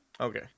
Okay